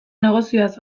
negozioaz